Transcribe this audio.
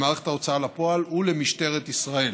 למערכת ההוצאה לפועל ולמשטרת ישראל.